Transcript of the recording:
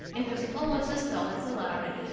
and he was almost as tall as a lhari.